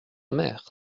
mère